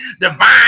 Divine